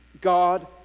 God